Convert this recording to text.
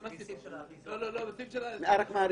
אה, רק מהאריזות.